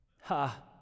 Ha